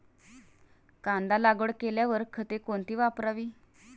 कांदा लागवड केल्यावर खते कोणती वापरावी?